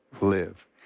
live